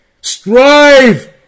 strive